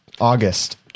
August